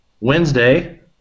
Wednesday